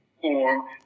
form